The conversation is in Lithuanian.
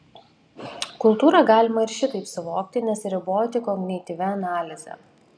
kultūrą galima ir šitaip suvokti nesiriboti kognityvia analize